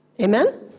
Amen